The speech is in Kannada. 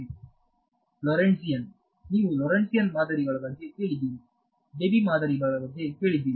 ವಿದ್ಯಾರ್ಥಿ ಲೊರೆಂಟ್ಜಿಯಾನ್ ನೀವು ಲೊರೆಂಟ್ಜಿಯನ್ ಮಾದರಿಗಳ ಬಗ್ಗೆ ಕೇಳಿದ್ದೀರಿ ಡೆಬಿ ಮಾದರಿಗಳ ಬಗ್ಗೆ ಕೇಳಿದ್ದೀರಿ